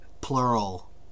plural